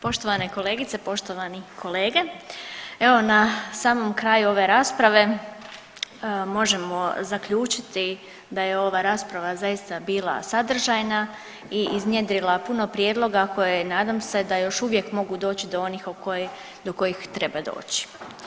Poštovane kolegice, poštovani kolege, evo na samom kraju ove rasprave možemo zaključiti da je ova rasprava zaista bila sadržajna i iznjedrila puno prijedloga koje nadam se da još uvijek mogu doći do onih do kojih treba doći.